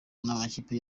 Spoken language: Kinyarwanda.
amakipe